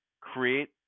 create